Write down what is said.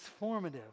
transformative